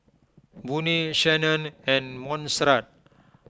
Boone Shannon and Monserrat